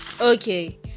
Okay